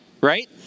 right